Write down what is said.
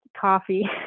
coffee